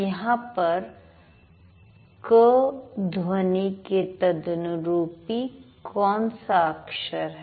यहां पर क ध्वनि के तदनुरूपी कौन सा अक्षर है